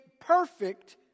perfect